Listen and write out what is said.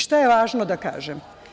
Šta je važno da kažem?